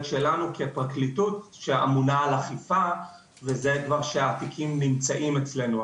שלנו כפרקליטות שאמונה על אכיפה וזה כבר שהתיקים נמצאים אצלנו,